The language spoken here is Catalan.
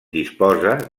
disposa